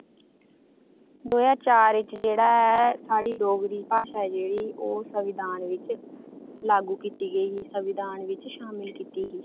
दो ज्हार चार च जेह्ड़ा ऐ साढ़ी डोगरी भाशा जेह्ड़ी ओह् संविधान बिच लागू कीती गेई ही संविधान बिच